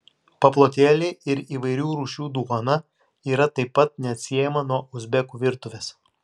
paplotėliai ir įvairių rūšių duona yra taip pat neatsiejama nuo uzbekų virtuvės